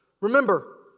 Remember